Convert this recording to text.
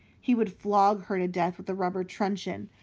he would flog her to death with a rubber truncheon.